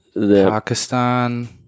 Pakistan